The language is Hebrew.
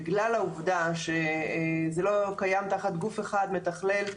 בגלל העובדה שזה לא קיים תחת גוף אחד מתכלל,